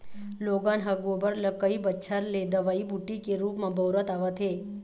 लोगन ह गोबर ल कई बच्छर ले दवई बूटी के रुप म बउरत आवत हे